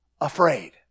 afraid